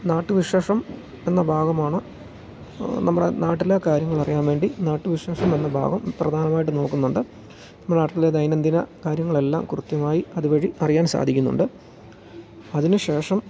നാട്ട് വിശേഷം എന്ന ഭാഗമാണ് നമ്മുടെ നാട്ടിലെ കാര്യങ്ങൾ അറിയാൻ വേണ്ടി നാട്ടുവിശേഷം എന്ന ഭാഗം പ്രധാനമായിട്ട് നോക്കുന്നുണ്ട് നമ്മുടെ നാട്ടിൽ ദൈനംദിന കാര്യങ്ങളെല്ലാം കൃത്യമായി അതുവഴി അറിയാൻ സാധിക്കുന്നുണ്ട് അതിനു ശേഷം